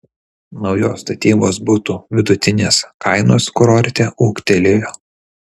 naujos statybos butų vidutinės kainos kurorte ūgtelėjo